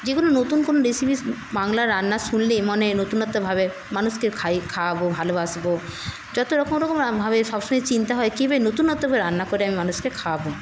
যে কোনও নতুন কোনও রেসিপি বাংলার রান্না শুনলেই মনে হয় নতুনত্বভাবে মানুষকে খাই খাওয়াবো ভালোবাসবো যতরকমভাবে সবসময় চিন্তা হয় কীভাবে নতুনত্বভাবে রান্না করে আমি মানুষকে খাওয়াবো